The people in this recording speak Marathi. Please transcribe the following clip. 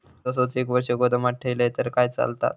ऊस असोच एक वर्ष गोदामात ठेवलंय तर चालात?